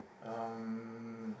um